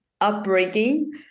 upbringing